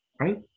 right